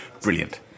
brilliant